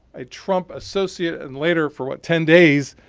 a trump associate and later, for what, ten days,